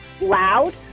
loud